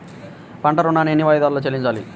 పంట ఋణాన్ని ఎన్ని వాయిదాలలో చెల్లించాలి?